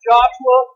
Joshua